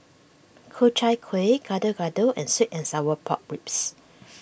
Ku Chai Kuih Gado Gado and Sweet and Sour Pork Ribs